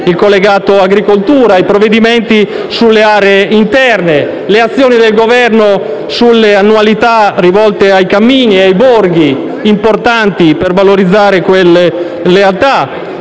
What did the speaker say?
il collegato agricoltura, i provvedimenti sulle aree interne, le azioni del Governo sulle annualità rivolte ai cammini e ai borghi, importanti per valorizzare quelle realtà.